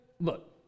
look